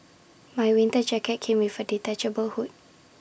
my winter jacket came with A detachable hood